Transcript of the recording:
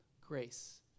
grace